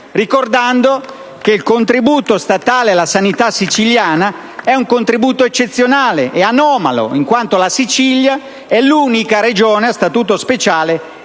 ricordando che il contributo statale alla sanità siciliana è un contributo eccezionale, è anomalo in quanto la Sicilia è l'unica Regione a statuto speciale